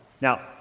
Now